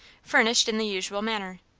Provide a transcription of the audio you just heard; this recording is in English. furnished in the usual manner.